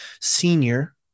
senior